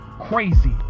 Crazy